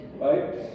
Right